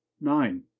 nine